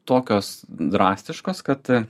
tokios drastiškos kad